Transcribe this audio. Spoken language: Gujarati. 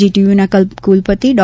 જીટીયુના કુલપતિ ડો